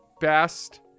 best